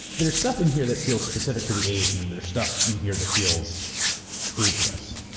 there's stuff in here that feels specific to the age, and there's stuff in here that feels ageless.